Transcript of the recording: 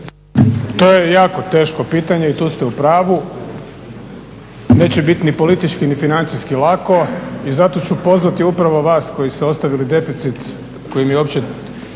To je jako teško pitanje. I tu ste u pravu. Neće biti ni politički ni financijski lako i zato ću pozvati upravo vas koji ste ostavili deficit kojim je uopće